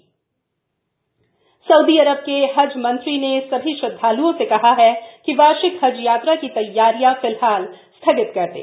Saudi हज Saudi Arabia के हज मंत्री ने सभी श्रद्धाल्ओं से कहा हा कि वार्षिक हज यात्रा की तघ्रारियां फिलहाल स्थगित कर दें